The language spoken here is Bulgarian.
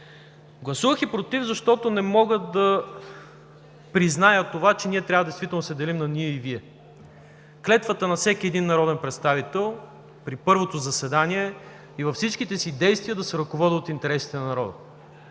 Гласувах „против“, защото не мога да призная това, че ние трябва действително да се делим на „ние“ и „вие“. Клетвата на всеки един народен представител при първото заседание: „и във всичките си действия да се ръководя от интересите на народа“.